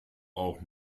auch